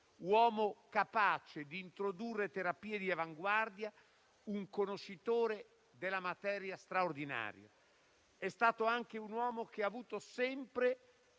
Uomo capace di introdurre terapie di avanguardia, un conoscitore della materia straordinaria. È stato anche un uomo che ha avuto sempre